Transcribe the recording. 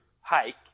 hike